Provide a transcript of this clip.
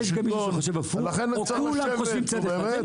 יש גם מי שחשוב הפוך או כולם חושבים בצד אחד?